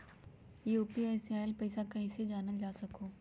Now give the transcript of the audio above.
UPI से आईल पैसा कईसे जानल जा सकहु?